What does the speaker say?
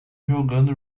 jogando